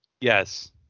Yes